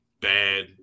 bad